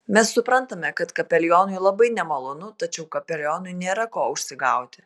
mes suprantame kad kapelionui labai nemalonu tačiau kapelionui nėra ko užsigauti